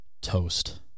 Toast